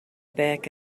back